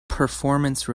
performance